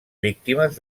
víctimes